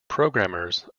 programmers